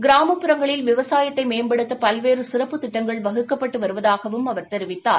கிராமப்புறங்களில் விவசாயத்தை மேம்படுத்த பல்வேறு சிறப்புத் திட்டங்கள் வகுக்கப்பட்டு வருவதாகவும் அவர் தெரிவித்தார்